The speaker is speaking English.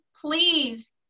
Please